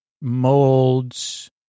molds